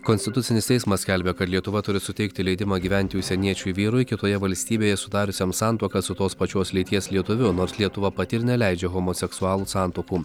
konstitucinis teismas skelbia kad lietuva turi suteikti leidimą gyventi užsieniečiui vyrui kitoje valstybėje sudariusiam santuoką su tos pačios lyties lietuviu nors lietuva pati ir neleidžia homoseksualų santuokų